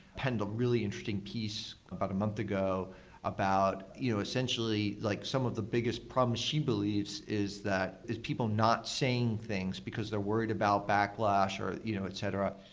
penned a really interesting piece about a month ago about you know essentially like some of the biggest problems she believes is that people not saying things because they're worried about backlash, or you know et cetera.